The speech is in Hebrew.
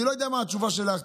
ואני לא יודע מה התשובה שלך,